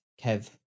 Kev